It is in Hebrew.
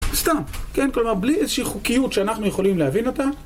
בסתם, כן? כלומר, בלי איזושהי חוקיות שאנחנו יכולים להבין אותה.